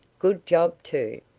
good job, too.